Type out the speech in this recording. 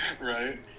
Right